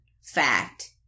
Fact